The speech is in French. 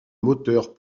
moteurs